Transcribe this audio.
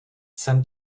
jsem